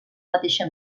mateixa